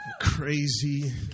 crazy